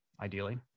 Ideally